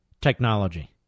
technology